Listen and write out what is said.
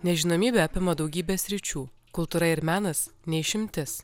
nežinomybė apima daugybę sričių kultūra ir menas ne išimtis